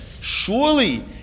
surely